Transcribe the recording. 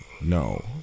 No